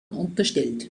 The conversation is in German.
unterstellt